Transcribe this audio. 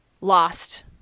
lost